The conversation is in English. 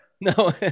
No